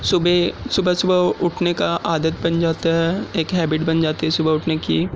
صبح صبح صبح اٹھنے کا عادت بن جاتا ہے ایک ہیبٹ بن جاتی ہے صبح اٹھنے کی